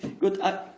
good